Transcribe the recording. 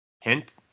Hint